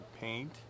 paint